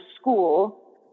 school